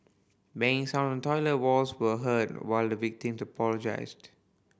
banging sounds on toilet walls were heard while the victim apologised